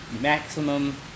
maximum